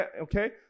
Okay